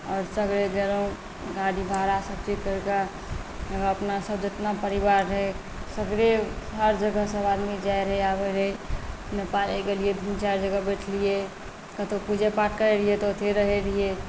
आओर सगरे गेलहुँ गाड़ी भाड़ा सभचीज करि कऽ अपनासभ जेतना परिवार रहै सगरे हर जगह सभआदमी जाइत रहै आबैत रहै नेपाल गेलियै तीन चारि जगह बैठलियै कतहु पूजेपाठ करैत रहियै तऽ ओतय रहैत रहियै